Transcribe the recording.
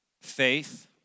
Faith